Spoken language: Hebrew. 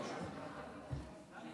חמש דקות.